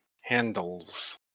handles